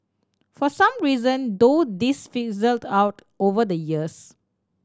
for some reason though this fizzled out over the years